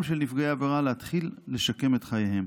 של נפגעי העבירה להתחיל לשקם את חייהם.